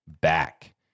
back